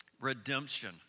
redemption